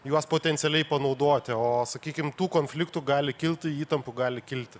juos potencialiai panaudoti o sakykim tų konfliktų gali kilt įtampų gali kilti